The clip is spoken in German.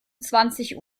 zwanzig